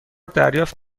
دریافت